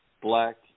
black